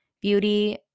beauty